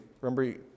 remember